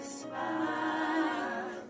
smile